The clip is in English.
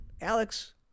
Alex